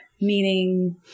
meaning